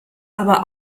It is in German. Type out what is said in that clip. aber